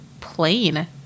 plain